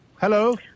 hello